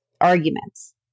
arguments